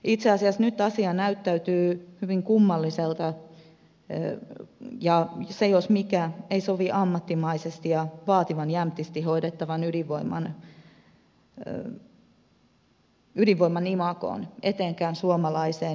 itse asiassa nyt asia näyttäytyy hyvin kummallisena ja se jos mikä ei sovi ammattimaisesti ja vaativan jämptisti hoidettavan ydinvoiman imagoon etenkään suomalaiseen ydinenergiaosaamiseen